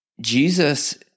Jesus